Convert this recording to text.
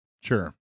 Sure